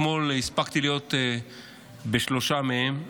אתמול הספקתי להיות בשלושה מהם,